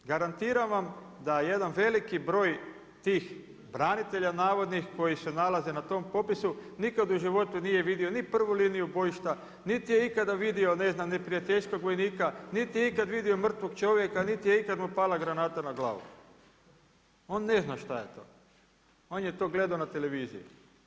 Garantiram vam da jedan veliki broj tih branitelja navodnih koji se nalaze na tom popisu nikad u životu nije vidio ni prvu liniju bojišta, niti je ikada vidio ne znam neprijateljskog vojnika, niti je ikad vidio mrtvog čovjeka, niti je ikad mu pala granata na glavu, on ne zna šta je to, on je to gledao na televiziji.